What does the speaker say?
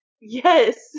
Yes